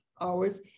hours